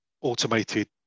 automated